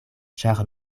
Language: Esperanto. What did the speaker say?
ĉar